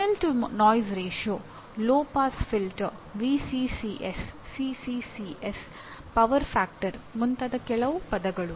signal to noise ಅನುಪಾತ ಮುಂತಾದ ಕೆಲವು ಪದಗಳು